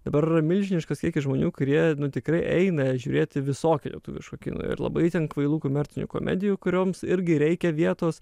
dabar milžiniškas kiekis žmonių kurie tikrai eina žiūrėti visokio lietuviško kino ir labai ten kvailų komercinių komedijų kurioms irgi reikia vietos